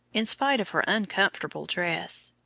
in spite of her uncomfortable dress.